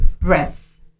breath